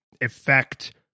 effect